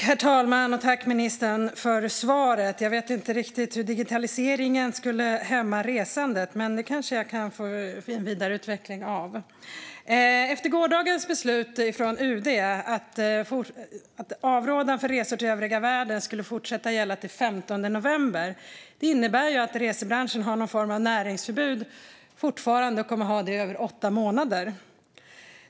Herr talman! Tack, ministern, för svaret! Jag vet inte riktigt hur digitaliseringen skulle hämma resandet, men det kan jag kanske få en vidareutveckling av. Gårdagens beslut från UD om att avrådan från resor till övriga världen ska gälla till den 15 november innebär att resebranschen fortfarande har, och kommer att fortsätta ha, en form av näringsförbud i åtta månader.